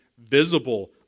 visible